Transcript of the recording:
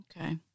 Okay